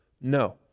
No